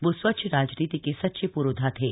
वह स्वच्छ राजनीति के सच्चे पुरोधा थे